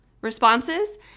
responses